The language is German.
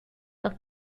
auf